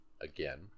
again